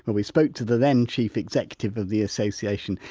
and we spoke to the then chief executive of the association,